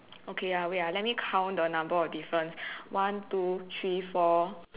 okay ya wait ah let me count the number of difference one two three four